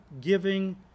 giving